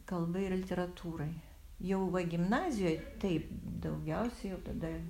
kalbai ir literatūrai jau va gimnazijoj taip daugiausiai jau tada